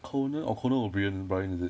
conan oh conan o'brien brian is it